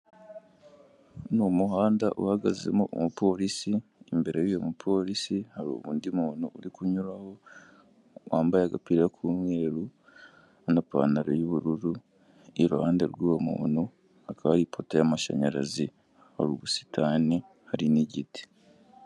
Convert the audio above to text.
Ni umuhanda uhagaze umupolisi imbere y'uyu mupolisi hari undi muntu uri kunyuraho wambaye agapira k'umweru n'ipantaro y'ubururu iruhande rw'uwo muntu ha akaba ipoto y'amashanyarazi ubusitani hari n'igiti.